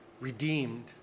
redeemed